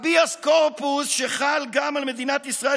הביאס קורפוס שחל גם על מדינת ישראל,